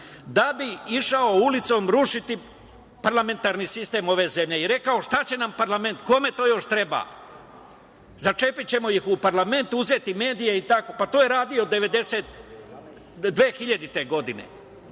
da bi išao ulicom rušiti parlamentarni sistem ove zemlje i rekao – šta će nam parlament, kome to još treba. Začepićemo ih u parlament, uzeti medije, a to je radio 2000. godine,